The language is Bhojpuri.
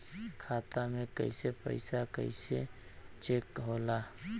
खाता में के पैसा कैसे चेक होला?